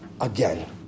again